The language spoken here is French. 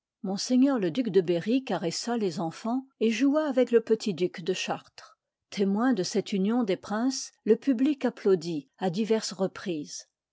m le duc de berry caressa les enfans et joua avec le petit duc de chartres tëmoin de cette union des princes le public applaudit à diverses reprises